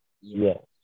Yes